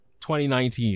2019